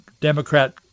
Democrat